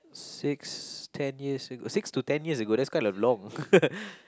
six ten years ago six to ten years ago that's kind of long